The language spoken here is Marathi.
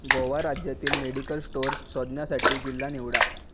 गोवा राज्यातील मेडिकल स्टोर्स शोधण्यासाठी जिल्हा निवडा